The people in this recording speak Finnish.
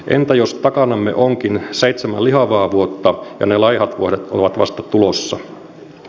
entä jos takanamme onkin seitsemän lihavaa vuotta ja ne laihat vuodet ovat vasta tulossa